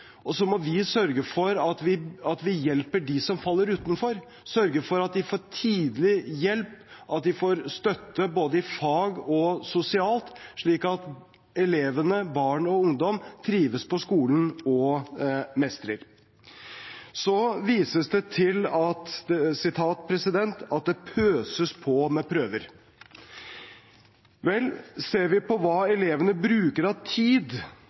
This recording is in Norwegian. består. Så må vi sørge for at vi hjelper dem som faller utenfor, sørge for at de får tidlig hjelp, at de får støtte både i fag og sosialt, slik at elevene, barn og ungdom, trives på skolen og mestrer. Det vises til at det pøses på med prøver. Vel, ser vi på hva elevene bruker av tid